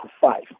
five